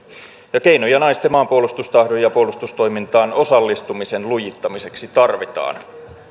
ja keinoja naisten maanpuolustustahdon ja ja puolustustoimintaan osallistumisen lujittamiseksi tarvitaan